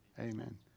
Amen